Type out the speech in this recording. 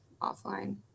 offline